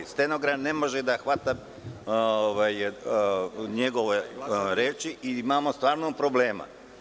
Stenograf ne može da hvata njegove reči i imamo stvarno problema.